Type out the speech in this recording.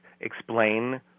explain